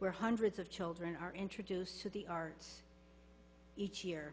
where hundreds of children are introduced to the arts each year